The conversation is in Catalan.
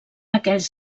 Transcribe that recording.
aquells